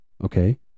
okay